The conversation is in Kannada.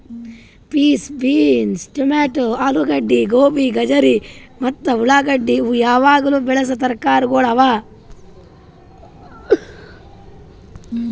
ಪೀಸ್, ಬೀನ್ಸ್, ಟೊಮ್ಯಾಟೋ, ಆಲೂಗಡ್ಡಿ, ಗೋಬಿ, ಗಜರಿ ಮತ್ತ ಉಳಾಗಡ್ಡಿ ಇವು ಯಾವಾಗ್ಲೂ ಬೆಳಸಾ ತರಕಾರಿಗೊಳ್ ಅವಾ